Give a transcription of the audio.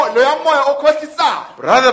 Brother